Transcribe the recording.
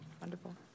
Wonderful